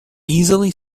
easily